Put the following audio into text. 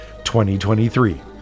2023